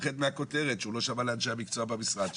מפחד מהכותרת שהוא לא שמע לאנשי המקצוע במשרד שלו,